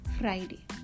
Friday